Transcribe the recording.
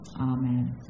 Amen